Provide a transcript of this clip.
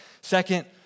Second